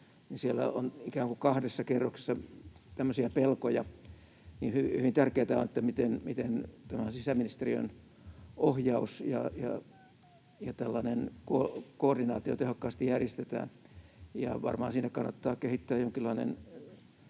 siellä on ikään kuin kahdessa kerroksessa tämmöisiä pelkoja, niin hyvin tärkeätä on se, miten tämä sisäministeriön ohjaus ja tällainen koordinaatio tehokkaasti järjestetään. Ja varmaan siinä kannattaa kehittää jonkinlainen